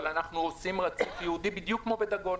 אבל אנחנו עושים רציף ייעודי, בדיוק כמו בדגון.